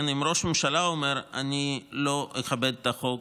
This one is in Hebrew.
אם ראש ממשלה אומר: אני לא אכבד את החוק,